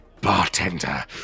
Bartender